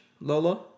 Lola